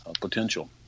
potential